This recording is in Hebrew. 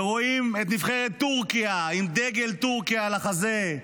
ורואים את נבחרת טורקיה עם דגל טורקיה על החזה,